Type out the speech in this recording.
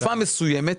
תקופה מסוימת,